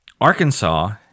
Arkansas